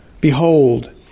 Behold